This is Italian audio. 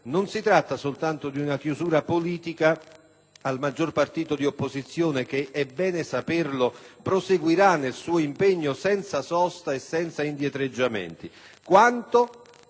non si tratta soltanto di una chiusura politica al maggior partito di opposizione, che - è bene saperlo - proseguirà nel suo impegno senza sosta e senza indietreggiamenti,